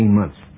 months